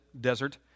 desert